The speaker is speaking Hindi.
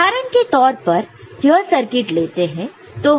तो उदाहरण के तौर पर यह सर्किट लेते हैं